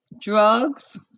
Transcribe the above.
drugs